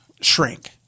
shrink